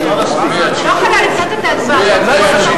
הנושא לוועדת הכספים נתקבלה.